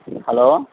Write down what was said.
hello